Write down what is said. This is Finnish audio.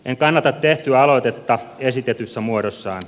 en kannata tehtyä aloitetta esitetyssä muodossaan